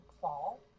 fall